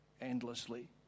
endlessly